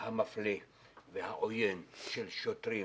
המפלה והעוין של שוטרים